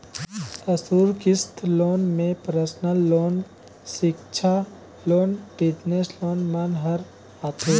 असुरक्छित लोन में personal loan, सिक्छा लोन, बिजनेस लोन मन हर आथे